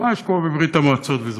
ממש כמו בברית-המועצות, בזמנו.